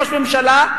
ראש ממשלה,